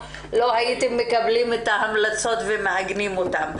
אם לא הייתם מקבלים את ההמלצות ומעגנים אותן.